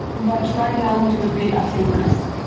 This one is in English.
but right now it will be asynchronous,